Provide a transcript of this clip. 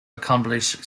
accomplish